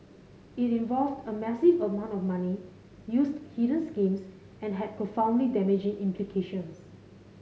it involved a massive amount of money used hidden schemes and had profoundly damaging implications